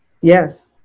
yes